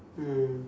mm